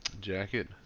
jacket